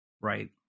Right